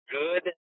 good